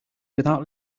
without